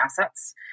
assets